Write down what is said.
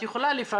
את יכולה לפרט?